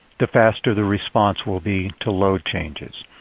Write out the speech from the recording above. the faster the response will be to load changes.